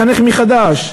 לחנך מחדש.